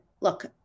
look